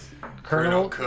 Colonel